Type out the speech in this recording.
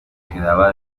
quedaba